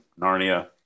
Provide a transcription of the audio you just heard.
Narnia